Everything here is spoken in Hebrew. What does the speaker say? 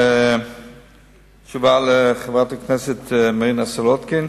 תשובה לחברת הכנסת מרינה סולודקין: